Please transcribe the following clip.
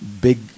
big